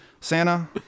Santa